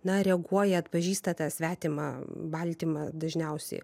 na reaguoja atpažįsta tą svetimą baltymą dažniausiai